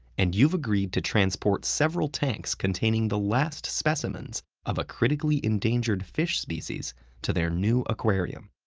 and you've agreed to transport several tanks containing the last specimens of a critically endangered fish species to their new aquarium.